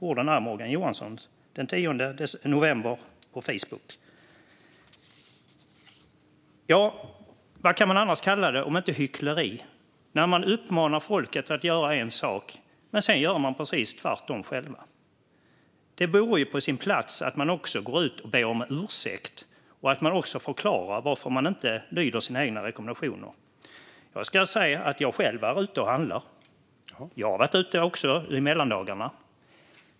Orden är Morgan Johanssons, på Facebook den 10 november. Vad kan det kallas om inte hyckleri när man uppmanar folket att göra en sak men sedan gör precis tvärtom själv? Det vore på sin plats att man gick ut och bad om ursäkt och också förklarade varför man inte lyder sina egna rekommendationer. Jag kan säga att jag själv är ute och handlar. Jag var också ute i mellandagarna.